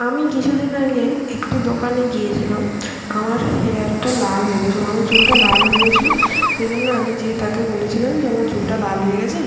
আমি কিছু দিন আগে একটি দোকানে গিয়েছিলাম আমার হেয়ারটা লাল হয়ে গেছে আমার চুলটা লাল হয়ে গেছিলো সেই জন্য আমি যেয়ে তাকে বলেছিলাম যে আমার চুলটা লাল হয়ে গেছে